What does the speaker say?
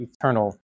eternal